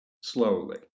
slowly